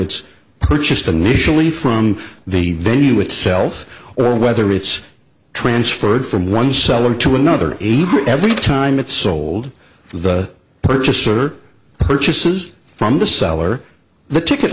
it's purchased a nationally from the venue itself or whether it's transferred from one seller to another every time it's sold the purchaser purchases from the seller the ticket